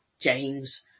James